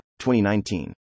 2019